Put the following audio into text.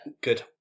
good